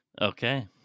Okay